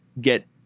get